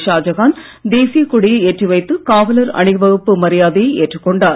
ஷாஜஹான் தேசிய கொடியை ஏற்றிவைத்து காவலர் அணிவகுப்பு மரியாதையை ஏற்றுக் கொண்டார்